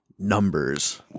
Numbers